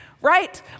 right